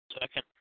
Second